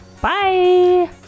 Bye